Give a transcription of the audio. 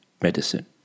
Medicine